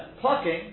plucking